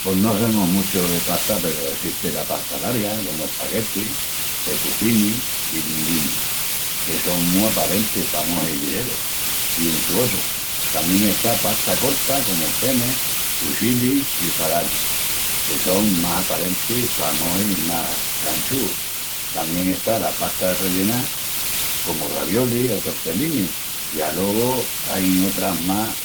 Pos no semus muchu de pasta peru essesti la pasta larga comu espaguetis, fettuccinis i linguinis, que son mu aparentis pa mojis ligerus i untuosus. Tamién está pasta corta comu penne, fusilli i farfalle, que son más aparentis ma mojis más canchúus. Tamién está la pasta arrellená comu raviolis o tortellinis, i alogu ain otras más